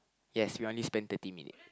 yes we only spent thirty minute